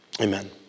Amen